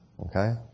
Okay